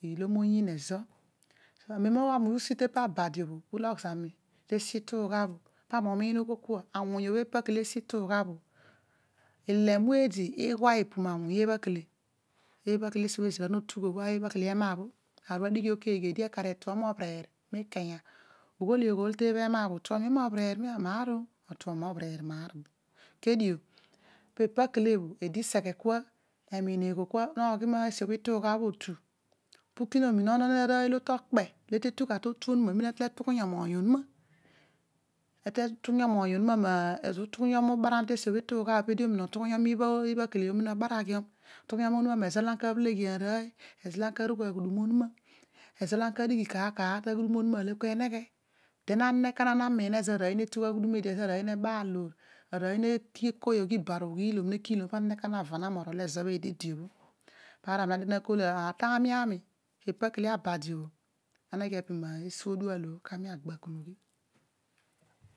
Ilo moyiin ezo amen ani ughi usi ta badi obho ulogh zami tesi ituugha bho rami umiin ughol kua awuny epakale esi ituugha bho ilele emu eedi ighua epu ma awuny ebha kele osi bho ezira notugh ebh kele ema bho arr bho adigh keghe eedi ekar etuor maar mobheener mikanya ughol oghol tema bho utuom mobhere maar oh leedio pepa kele bho eedi iseghe kua eniin eghol kua noghi meesi bho ituugha bho otu kimminon arooy olo tokpe olo tetu gha to otu etuughumiom awuny obho arooy ne kooy iba righiiom pana ko na va na morol ki zo bho eedi idi bho paar obho ami ne dighi na kol kua tami ami epa kehe abadi obho anegho aru mesuo oduol bho kami agba